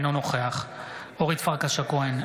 אינו נוכח אורית פרקש הכהן,